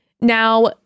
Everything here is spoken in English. Now